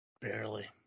Barely